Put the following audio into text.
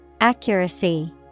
Accuracy